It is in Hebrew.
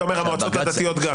אתה אומר, המועצות הדתיות גם.